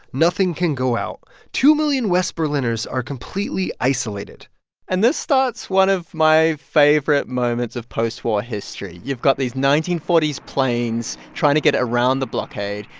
nothing can go out. two million west berliners are completely isolated and this starts one of my favorite moments of post-war history. you've got these nineteen forty s planes trying to get around the blockade.